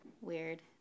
weird